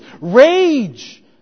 rage